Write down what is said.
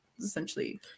Essentially